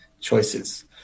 choices